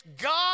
God